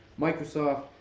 Microsoft